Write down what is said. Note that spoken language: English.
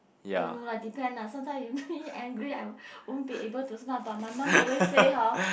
don't know lah depend lah sometime you make me angry I will won't be able to smile but my mum always say hor